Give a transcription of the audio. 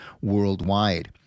worldwide